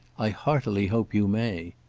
i heartily hope you may.